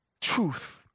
Truth